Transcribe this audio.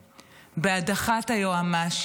דהיום.